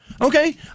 Okay